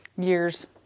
Years